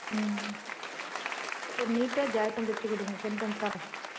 ம் ம் கொஞ்சம் நீட்டாக ஜாக்கெட் தைத்து கொடுங்க கொண்டாந்து தர்றேன்